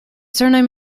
surname